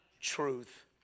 truth